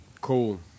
Cool